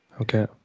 Okay